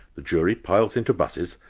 the jury piles into buses,